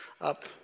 up